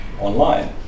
online